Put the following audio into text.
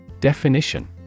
Definition